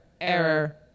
Error